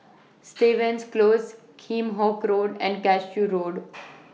Stevens Close Kheam Hock Road and Cashew Road